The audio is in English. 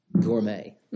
gourmet